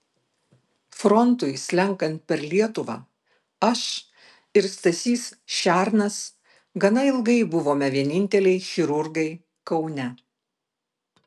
frontui slenkant per lietuvą aš ir stasys šernas gana ilgai buvome vieninteliai chirurgai kaune